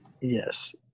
Yes